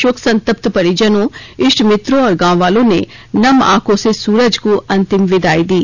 शोक संतप्त परिजनों इष्ट मित्रों और गांव वालों ने नम आंखों से सूरज को अंतिम विदाई दी